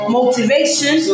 Motivation